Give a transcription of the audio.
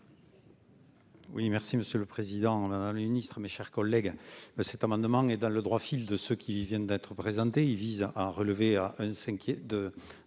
Merci